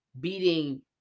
beating